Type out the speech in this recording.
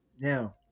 Now